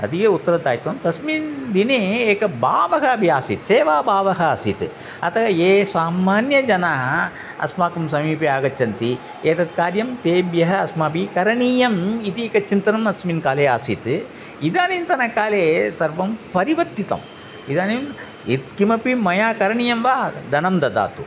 अधिकम् उत्तरदायित्वम् तस्मिन् दिने एकः भावः अपि आसीत् सेवाभावः आसीत् अतः ये सामान्यजनाः अस्माकं समीपे आगच्छन्ति एतद् कार्यं तेभ्यः अस्माभिः करणीयम् इति एकं चिन्तनम् अस्मिन्काले आसीत् इदानीन्तनकाले सर्वं परिवर्तितम् इदानीं यद् किमपि मया करणीयं वा धनं ददातु